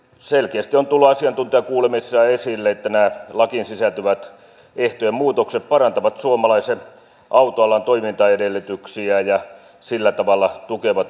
selkeästi on tullut asiantuntijakuulemisissa esille että nämä lakiin sisältyvät ehtojen muutokset parantavat suomalaisen autoalan toimintaedellytyksiä ja sillä tavalla tukevat kyseistä alaa